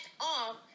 off